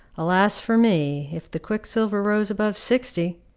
alas for me if the quicksilver rose above sixty!